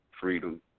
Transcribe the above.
Freedom